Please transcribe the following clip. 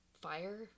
fire